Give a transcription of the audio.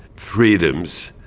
freedoms,